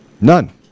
None